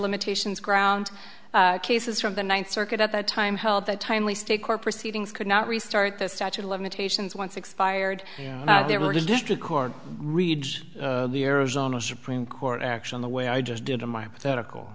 limitations ground cases from the ninth circuit at that time held that timely state court proceedings could not restart the statute of limitations once expired there were district court reads the arizona supreme court action the way i just did in my pathetically